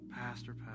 Pastor